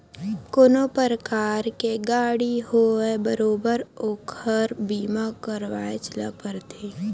कोनो परकार के गाड़ी होवय बरोबर ओखर बीमा करवायच ल परथे